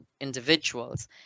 individuals